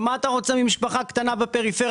מה אתה רוצה ממשפחה קטנה בפריפריה,